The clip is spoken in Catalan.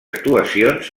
actuacions